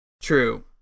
True